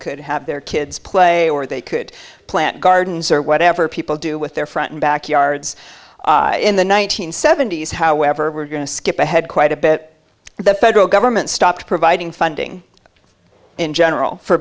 could have their kids play or they could plant gardens or whatever people do with their front and back yards in the one nine hundred seventy s however we're going to skip ahead quite a bit the federal government stopped providing funding in general for